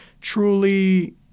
truly –